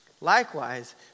Likewise